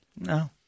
No